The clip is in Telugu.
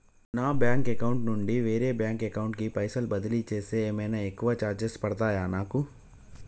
నా బ్యాంక్ అకౌంట్ నుండి వేరే బ్యాంక్ అకౌంట్ కి పైసల్ బదిలీ చేస్తే ఏమైనా ఎక్కువ చార్జెస్ పడ్తయా నాకు?